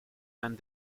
and